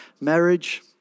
marriage